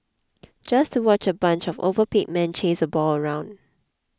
just to watch a bunch of overpaid men chase a ball around